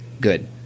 Good